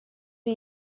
are